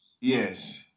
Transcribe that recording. Yes